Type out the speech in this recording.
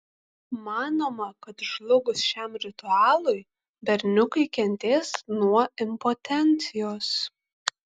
manoma kad žlugus šiam ritualui berniukai kentės nuo impotencijos